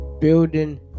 building